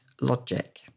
logic